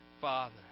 Father